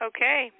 Okay